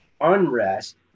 unrest